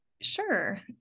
Sure